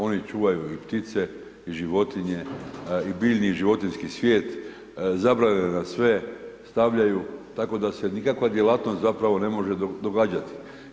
Oni čuvaju i ptice i životinje i biljni i životinjski svijet, zabrane na sve stavljaju tako da se nikakva djelatnost zapravo ne može događati.